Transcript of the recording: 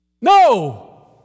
No